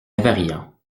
invariants